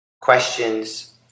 questions